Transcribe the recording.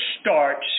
starts